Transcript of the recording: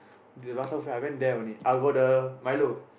the prata buffet I went there only I go the Milo